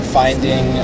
finding